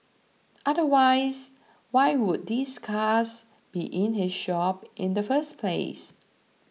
otherwise why would these cars be in his shop in the first place